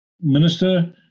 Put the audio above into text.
minister